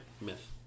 myth